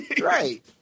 right